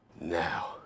now